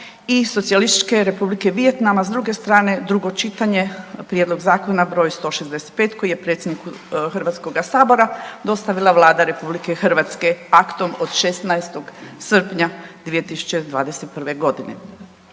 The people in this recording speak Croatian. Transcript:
i Socijalističke Republike Vijetnama s druge strane, drugo čitanje, prijedlog zakona br. 165. koji je predsjedniku HS dostavila Vlada RH aktom od 16. srpnja 2021.g.,